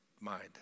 mind